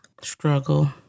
Struggle